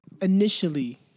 initially